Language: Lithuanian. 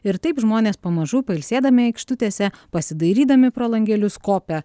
ir taip žmonės pamažu pailsėdami aikštutėse pasidairydami pro langelius kopia